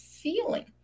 feeling